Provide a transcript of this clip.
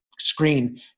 screen